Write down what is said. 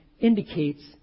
indicates